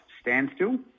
standstill